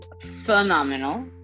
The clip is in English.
phenomenal